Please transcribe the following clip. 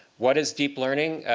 what is deep learning?